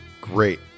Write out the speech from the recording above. Great